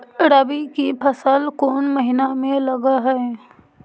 रबी की फसल कोन महिना में लग है?